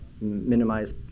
minimize